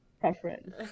preference